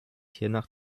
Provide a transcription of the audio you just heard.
hiernach